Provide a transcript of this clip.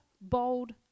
bold